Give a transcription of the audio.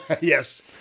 yes